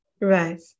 Right